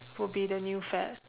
would be the new fad